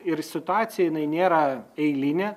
ir situacija jinai nėra eilinė